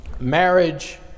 marriage